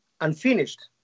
unfinished